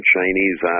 Chinese